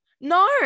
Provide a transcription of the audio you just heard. No